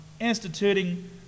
instituting